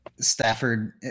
Stafford